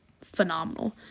phenomenal